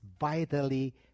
vitally